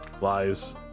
Lies